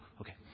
Okay